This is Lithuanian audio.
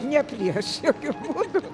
ne prieš jokiu būdu